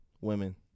women